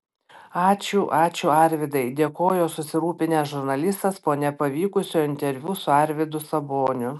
ačiū ačiū arvydai dėkojo susirūpinęs žurnalistas po nepavykusio interviu su arvydu saboniu